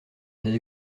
ses